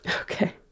Okay